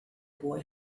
boy